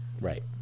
Right